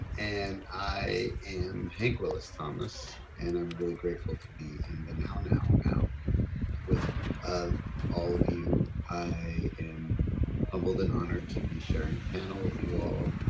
and i am hank willis thomas, and i'm really grateful to be in the now, now, now with ah all of you, i am humbled and honored to be sharing a panel with you all,